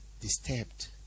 disturbed